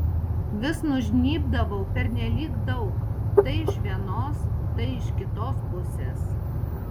vis nužnybdavau pernelyg daug tai iš vienos tai iš kitos pusės